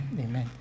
Amen